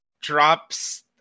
drops